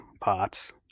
parts